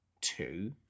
two